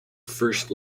first